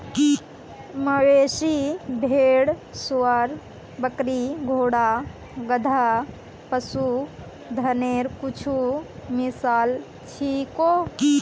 मवेशी, भेड़, सूअर, बकरी, घोड़ा, गधा, पशुधनेर कुछु मिसाल छीको